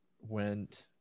went